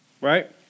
Right